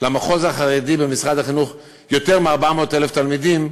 במחוז החרדי במשרד החינוך יותר מ-400,000 תלמידים,